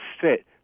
fit